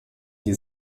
die